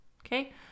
Okay